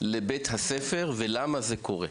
לבית הספר ולמה זה קורה?